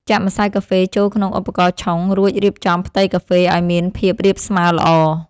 ចាក់ម្សៅកាហ្វេចូលក្នុងឧបករណ៍ឆុង រួចរៀបចំផ្ទៃកាហ្វេឱ្យមានភាពរាបស្មើល្អ។